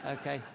okay